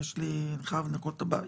אני חייב לנקות את הבית.